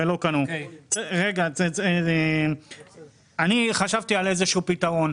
אני חשבתי על איזשהו פתרון.